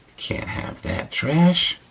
can't have that trash.